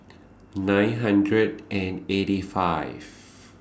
nine hundred and eighty five